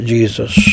Jesus